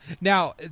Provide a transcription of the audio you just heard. Now